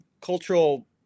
cultural